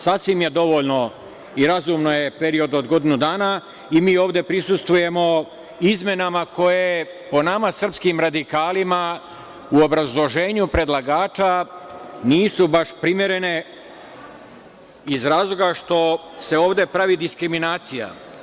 Sasvim je dovoljan i razuman period od godinu dana i mi ovde prisustvujemo izmenama koje po nama, srpskim radikalima u obrazloženju predlagača nisu baš primerene iz razloga što se ovde pravi diskriminacija.